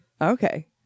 Okay